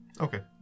Okay